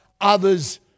others